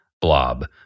blob